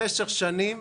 במשך שנים,